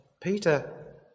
Peter